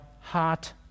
heart